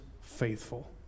faithful